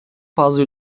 fazla